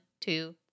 two